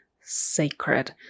sacred